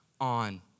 on